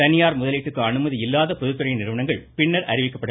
தனியார் முதலீட்டிற்கு அனுமதி இல்லாத பொதுத்துறை நிறுவனங்கள் பின்னர் அறிவிக்கப்படும்